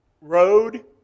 road